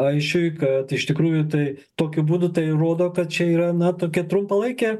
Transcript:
aisčiui kad iš tikrųjų tai tokiu būdu tai rodo kad čia yra na tokia trumpalaikė